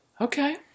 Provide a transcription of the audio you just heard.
Okay